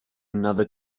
another